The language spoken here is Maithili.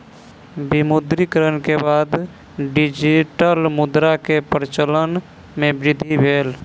विमुद्रीकरण के बाद डिजिटल मुद्रा के प्रचलन मे वृद्धि भेल